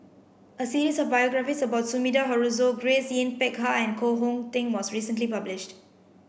a series of biographies about Sumida Haruzo Grace Yin Peck Ha and Koh Hong Teng was recently published